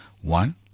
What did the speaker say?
One